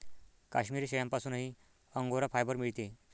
काश्मिरी शेळ्यांपासूनही Angora fibre मिळते